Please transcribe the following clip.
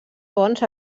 fonts